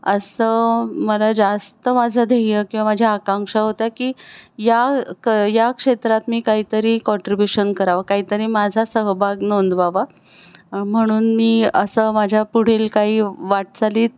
असं मला जास्त माझं ध्येय किंवा माझ्या आकांक्षा होत्या की या क या क्षेत्रात मी काही तरी कॉन्ट्रीब्युशन करावं काही तरी माझा सहभाग नोंदवावा म्हणून मी असं माझ्या पुढील काही वाटचालीत